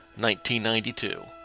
1992